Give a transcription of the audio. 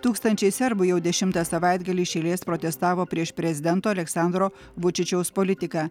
tūkstančiai serbų jau dešimtą savaitgalį iš eilės protestavo prieš prezidento aleksandro vučičiaus politiką